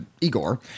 Igor